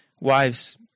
Wives